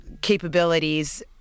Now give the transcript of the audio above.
capabilities